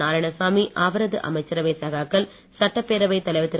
நாரயாணசாமி அவரது அமைச்சரவை சகாக்கள் சட்டப்பேரவைத் தலைவர் திரு